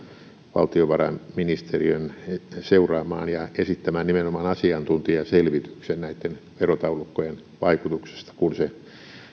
valtiovarainministeriön seuraamaan ja esittämään nimenomaan asiantuntijaselvityksen näitten verotaulukkojen vaikutuksesta kun se